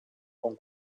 con